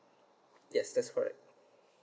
yes that's correct